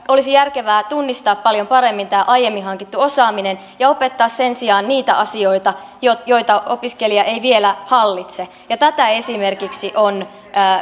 olisi järkevää tunnistaa paljon paremmin tämä aiemmin hankittu osaaminen ja opettaa sen sijaan niitä asioita joita opiskelija ei vielä hallitse ja tätä esimerkiksi on